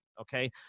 okay